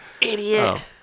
Idiot